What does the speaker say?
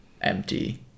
empty